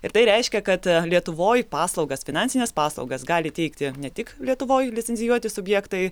ir tai reiškia kad lietuvoj paslaugas finansines paslaugas gali teikti ne tik lietuvoj licencijuoti subjektai